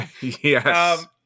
Yes